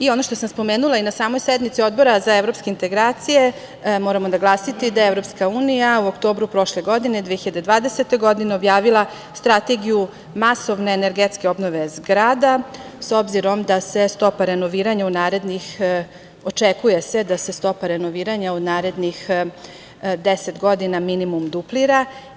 Ono što sam spomenula i na samoj sednici Odbora za evropske integracije, moramo naglasiti da je EU u oktobru prošle godine, 2020. godine, objavila Strategiju masovne energetske obnove zgrada, s obzirom da se očekuje da se stopa renoviranja u narednih 10 godina minimum duplira.